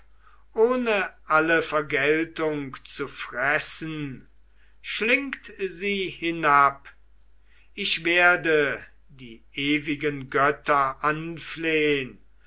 ohn alle vergeltung zu fressen schlingt sie hinab ich werde die ewigen götter anflehn